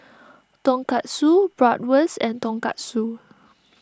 Tonkatsu Bratwurst and Tonkatsu